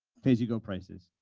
pay as you go prices.